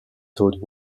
todd